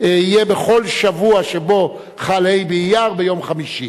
חוקה ומשפט,